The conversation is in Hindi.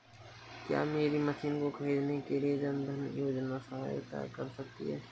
क्या मेरी मशीन को ख़रीदने के लिए जन धन योजना सहायता कर सकती है?